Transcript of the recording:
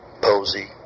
Posey